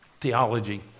theology